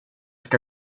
ska